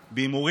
דוידסון.